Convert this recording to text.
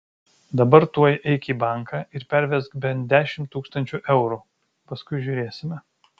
dabar tuoj eik į banką ir pervesk bent dešimt tūkstančių eurų paskui žiūrėsime